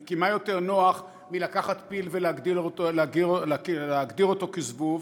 כי מה יותר נוח מלקחת פיל ולהגדיר אותו כזבוב?